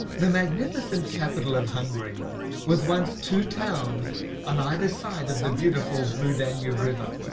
the magnificent capital of hungary was once two towns on either side of the beautiful blue danube river.